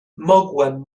mogłem